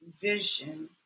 vision